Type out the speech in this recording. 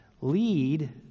lead